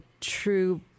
true